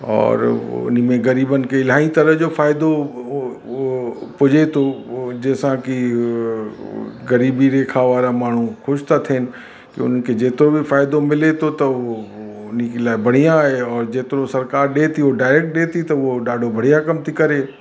और उन में ग़रीबनि खे इलाही तरह जो फ़ाइदो उहो उहो पुॼे थो उहो जंहिंसां की ग़रीबी रेखा वारा माण्हू ख़ुशि था थियनि उन खे जेतिरो बि फ़ाइदो मिले थो त उहो उन जे लाइ बढ़िया आहे और जेतिरो सरकारि ॾिए थी उहो डायरेक्ट ॾिए थी त उहो ॾाढो बढ़िया कम थी करे